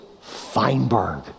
Feinberg